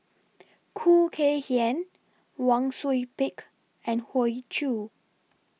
Khoo Kay Hian Wang Sui Pick and Hoey Choo